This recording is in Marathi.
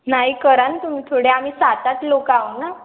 नाही करा ना तुम्ही थोडे आम्ही सात आठ लोकं आहे ना